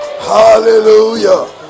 hallelujah